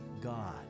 God